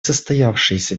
состоявшиеся